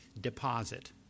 deposit